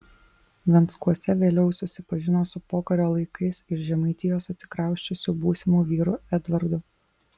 venckuose vėliau susipažino su pokario laikais iš žemaitijos atsikrausčiusiu būsimu vyru edvardu